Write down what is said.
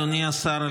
אדוני השר,